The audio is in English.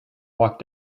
walked